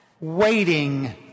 Waiting